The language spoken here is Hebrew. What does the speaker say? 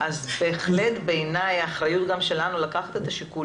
בהחלט בעיני האחריות גם שלנו היא לקחת את השיקול